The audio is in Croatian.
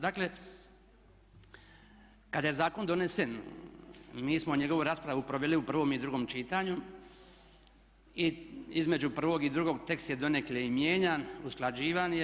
Dakle kada je zakon donesen mi smo njegovu raspravu proveli u prvom i drugom čitanju i između prvog i drugo tekst je donekle i mijenjan, usklađivan je.